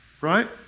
right